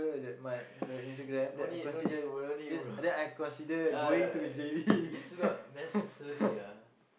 no need no need bro no need bro ya it's not necessary ah